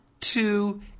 two